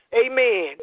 Amen